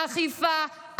אכיפה,